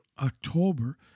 October